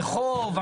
הרחוב,